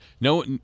no